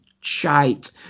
shite